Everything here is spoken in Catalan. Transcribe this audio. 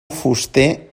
fuster